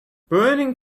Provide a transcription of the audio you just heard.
burning